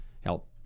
help